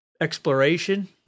exploration